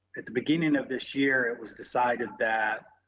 at the beginning of this year, it was decided that